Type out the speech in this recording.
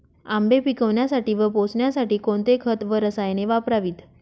आंबे पिकवण्यासाठी व पोसण्यासाठी कोणते खत व रसायने वापरावीत?